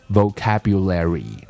vocabulary